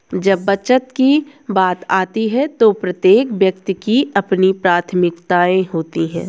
जब बचत की बात आती है तो प्रत्येक व्यक्ति की अपनी प्राथमिकताएं होती हैं